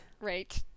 Right